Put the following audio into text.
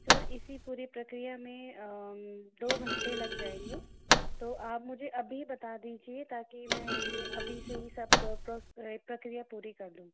sir इसी पूरी प्रक्रिया में दो घंटे लग जाएँगे तो आप मुझे अभी बता दीजिए ताकि मैं यह अभी से ही सब प्रक्रिया पूरी करूँ दूँ